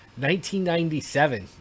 1997